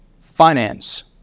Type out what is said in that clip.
finance